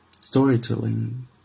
storytelling